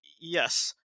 yes